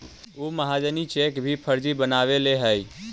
उ महाजनी चेक भी फर्जी बनवैले हइ